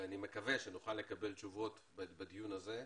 ואני מקווה שנוכל לקבל תשובות עליה בדיון הזה,